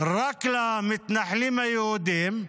רק למתנחלים היהודים,